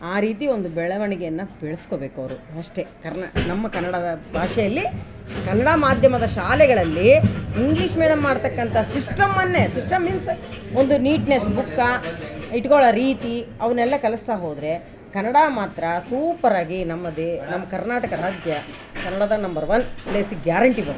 ಆ ರೀತಿ ಒಂದು ಬೆಳವಣಿಗೆಯನ್ನು ಬೆಳೆಸ್ಕೋಬೇಕ್ ಅವರು ಅಷ್ಟೇ ಕರ್ನಾ ನಮ್ಮ ಕನ್ನಡದ ಭಾಷೆಯಲ್ಲಿ ಕನ್ನಡ ಮಾಧ್ಯಮದ ಶಾಲೆಗಳಲ್ಲಿ ಇಂಗ್ಲೀಷ್ ಮೇಡಮ್ ಮಾಡ್ತಾಕಂಥ ಸಿಸ್ಟಮನ್ನೇ ಸಿಸ್ಟಮ್ ಮೀನ್ಸ್ ಒಂದು ನೀಟ್ನೆಸ್ ಬುಕ್ಕ ಇಟ್ಕೊಳ್ಳೋ ರೀತಿ ಅವನೆಲ್ಲಾ ಕಲಿಸ್ತಾ ಹೋದರೆ ಕನ್ನಡ ಮಾತ್ರ ಸೂಪರಾಗಿ ನಮ್ಮದೇ ನಮ್ಮ ಕರ್ನಾಟಕದ ರಾಜ್ಯ ಕನ್ನಡದ ನಂಬರ್ ಒನ್ ಪ್ಲೇಸಿಗೆ ಗ್ಯಾರಂಟಿ ಬರತ್ತೆ